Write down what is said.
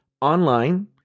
online